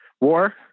war